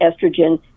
estrogen